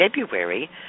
February